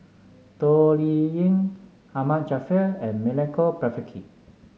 Toh Liying Ahmad Jaafar and Milenko Prvacki